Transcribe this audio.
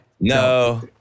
No